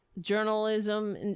journalism